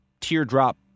teardrop